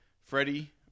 Freddie